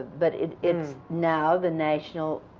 but it's it's now the national